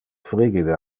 frigide